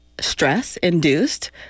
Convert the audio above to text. stress-induced